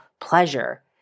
pleasure